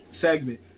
segment